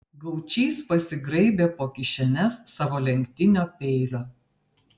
gaučys pasigraibė po kišenes savo lenktinio peilio